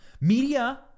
Media